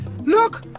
Look